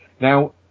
now